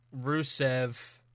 Rusev